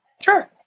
Sure